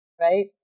right